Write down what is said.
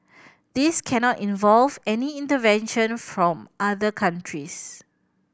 this cannot involve any intervention from other countries